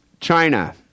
china